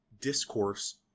discourse